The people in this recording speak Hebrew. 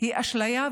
היא אשליה,